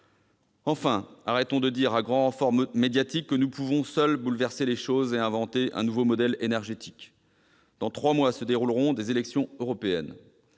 Enfin, cessons de dire, à grands renforts médiatiques, que nous pouvons, seuls, bouleverser les choses et inventer un nouveau modèle énergétique. Dans trois mois se dérouleront des élections européennes.